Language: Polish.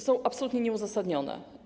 Są absolutnie nieuzasadnione.